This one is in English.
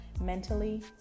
mentally